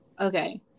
okay